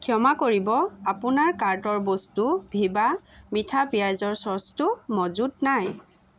ক্ষমা কৰিব আপোনাৰ কাৰ্টৰ বস্তু ভীবা মিঠা পিঁয়াজৰ চচটো মজুত নাই